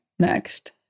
Next